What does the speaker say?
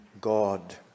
God